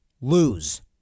lose